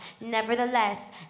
Nevertheless